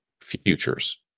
futures